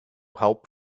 help